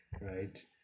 right